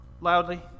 loudly